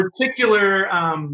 particular